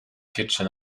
kitchen